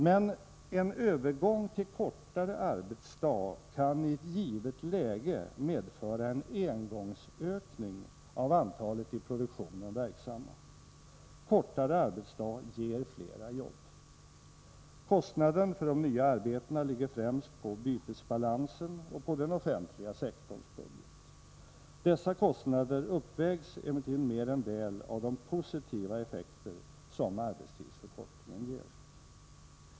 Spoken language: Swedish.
Men en övergång till kortare arbetsdag kan i ett givet läge medföra en engångsökning av antalet i produktionen verksamma. Kortare arbetsdag ger flera jobb. Kostnaden för de nya arbetena ligger främst på bytesbalansen och på den offentliga sektorns budget. Dessa kostnader uppvägs emellertid mer än väl av de positiva effekter som arbetstidsförkortningen ger.